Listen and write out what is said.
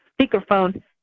speakerphone